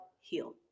heal